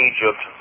Egypt